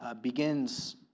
begins